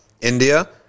India